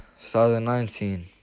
2019